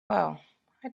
well—i